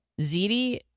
ZD